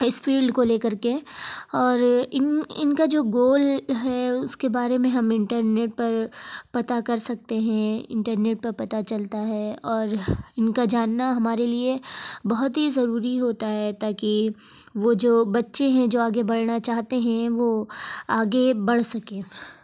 اس field کو لے کر کے اور ان ان کا جو گول ہے اس کے بارے میں ہم انٹرنیٹ پر پتہ کر سکتے ہیں انٹرنیٹ پر پتہ چلتا ہے اور ان کا جاننا ہمارے لیے بہت ہی ضروری ہوتا ہے تا کہ وہ جو بچے ہیں جو آگے بڑھنا چاہتے ہیں وہ آگے بڑھ سکیں